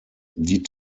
die